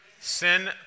Sin